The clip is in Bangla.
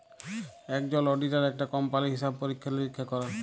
একজল অডিটার একটা কম্পালির হিসাব পরীক্ষা লিরীক্ষা ক্যরে